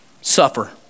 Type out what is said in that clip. Suffer